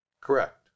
Correct